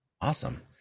awesome